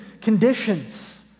conditions